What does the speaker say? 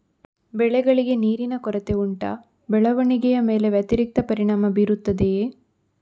ಬೆಳೆಗಳಿಗೆ ನೀರಿನ ಕೊರತೆ ಉಂಟಾ ಬೆಳವಣಿಗೆಯ ಮೇಲೆ ವ್ಯತಿರಿಕ್ತ ಪರಿಣಾಮಬೀರುತ್ತದೆಯೇ?